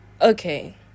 okay